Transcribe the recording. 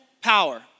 power